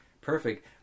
perfect